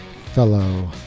fellow